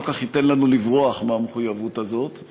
כל כך ייתן לנו לברוח מהמחויבות הזאת,